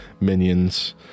minions